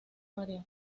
variar